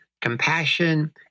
Compassion